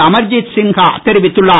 அமர்ஜித் சின்ஹா தெரிவித்துள்ளார்